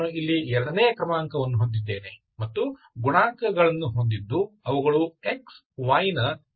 ನಾನು ಇಲ್ಲಿ ಎರಡನೇ ಕ್ರಮಾಂಕವನ್ನು ಹೊಂದಿದ್ದೇನೆ ಮತ್ತು ಗುಣಾಂಕಗಳನ್ನು ಹೊಂದಿದ್ದು ಅವುಗಳು x y ನ ಕಾರ್ಯಗಳಾಗಿವೆ